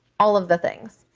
all of the things.